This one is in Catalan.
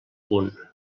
punt